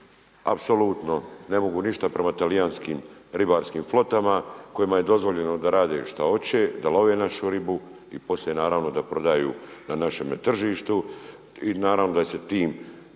apsolutno ne mogu ništa prema talijanskim ribarskim flotama kojima je dozvoljeno da rade šta hoće, da love našu ribu i poslije naravno da prodaju na našem tržištu i naravno da je se tim